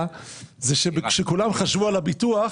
כשכולם חשבו על הביטוח,